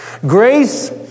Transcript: Grace